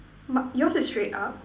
mi~ yours is straight up